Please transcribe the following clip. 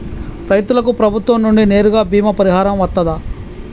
రైతులకు ప్రభుత్వం నుండి నేరుగా బీమా పరిహారం వత్తదా?